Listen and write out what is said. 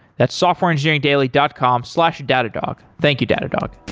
that's softwareengineeringdaily dot com slash datadog. thank you, datadog